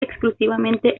exclusivamente